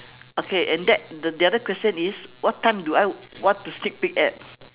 okay and that the the other question is what time do I want to sneak peek at